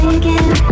again